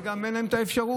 וגם אין להם את האפשרות.